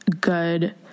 Good